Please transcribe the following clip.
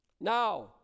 Now